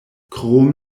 krom